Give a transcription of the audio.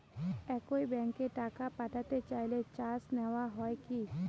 একই ব্যাংকে টাকা পাঠাতে চাইলে চার্জ নেওয়া হয় কি?